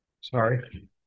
sorry